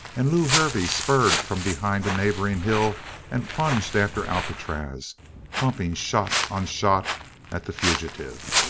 and lew hervey spurred from behind a neighboring hill and plunged after alcatraz pumping shot on shot at the fugitive.